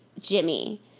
Jimmy